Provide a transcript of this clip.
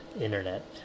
internet